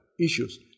issues